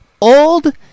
old